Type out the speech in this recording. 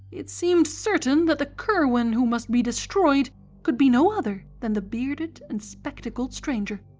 it seemed certain that the curwen who must be destroyed could be no other than the bearded and spectacled stranger.